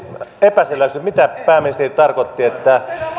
epäselväksi mitä pääministeri tarkoitti